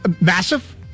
massive